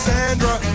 Sandra